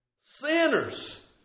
Sinners